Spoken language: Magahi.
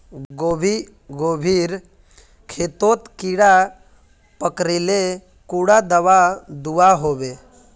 गोभी गोभिर खेतोत कीड़ा पकरिले कुंडा दाबा दुआहोबे?